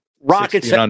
Rockets